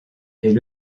est